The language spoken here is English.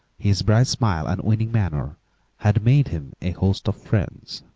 his bright smile and winning manner had made him a host of friends.